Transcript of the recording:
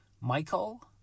Michael